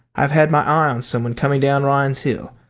i've had my eye on someone coming down ryan's hill.